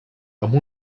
amb